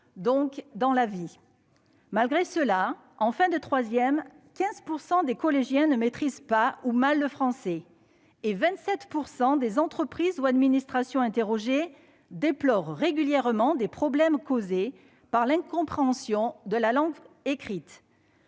donc dans la vie. Malgré cela, en fin de troisième, 15 % des collégiens ne maîtrisent pas le français ou le maîtrisent mal. En outre, 27 % des entreprises ou administrations interrogées déplorent régulièrement des problèmes causés par l'incompréhension de la langue écrite.